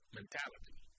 mentality